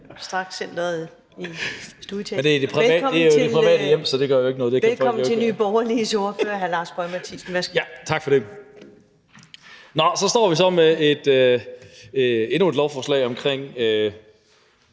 så står vi med endnu et lovforslag om